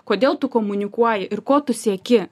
kodėl tu komunikuoji ir ko tu sieki